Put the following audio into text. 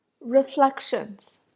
Reflections